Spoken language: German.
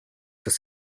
das